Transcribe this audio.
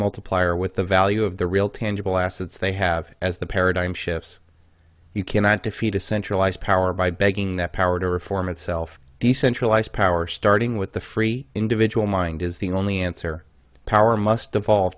multiplier with the value of the real tangible assets they have as the paradigm shifts you cannot defeat a centralized power by begging that power to reform itself decentralized power starting with the free individual mind is the only answer power must